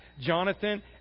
Jonathan